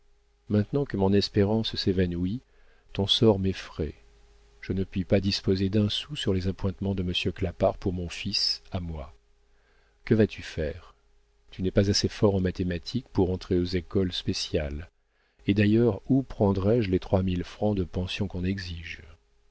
maintenant que mon espérance s'évanouit ton sort m'effraie je ne puis pas disposer d'un sou sur les appointements de monsieur clapart pour mon fils à moi que vas-tu faire tu n'es pas assez fort en mathématiques pour entrer aux écoles spéciales et d'ailleurs où prendrais je les trois mille francs de pension qu'on exige